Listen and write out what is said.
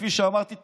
כפי שאמרתי,